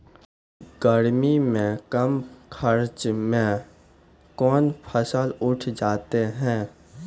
गर्मी मे कम खर्च मे कौन फसल उठ जाते हैं?